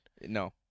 No